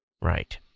right